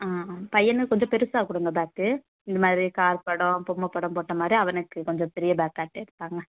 ஆ ஆ பையனுக்கு கொஞ்சம் பெருசாக கொடுங்க பேக்கு இந்தமாதிரி கார் படம் பொம்மை படம் போட்டமாதிரி அவனுக்கு கொஞ்சம் பெரிய பேக்காகவேதாங்க